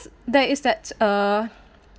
there is that uh